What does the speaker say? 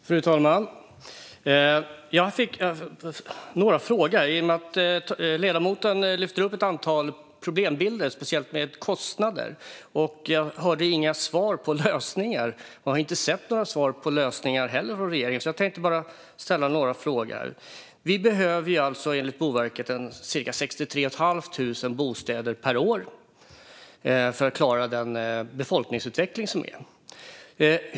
Fru talman! Jag har några frågor i och med att ledamoten lyfte upp ett antal problem, särskilt med kostnader, och jag inte hörde några svar på lösningar. Jag har inte heller sett några svar på lösningar från regeringen, så jag tänkte ställa några frågor. Vi behöver alltså enligt Boverket cirka 63 500 bostäder per år för att klara den befolkningsutveckling som vi har.